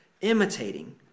imitating